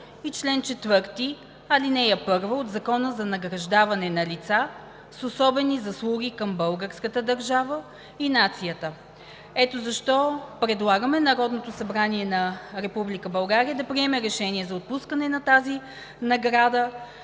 и чл. 4, ал. 1 от Закона за награждаване на лица с особени заслуги към българската държава и нацията. Ето защо предлагаме Народното събрание на Република България да приеме Решение за отпускане на тази награда,